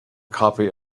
copy